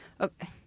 Okay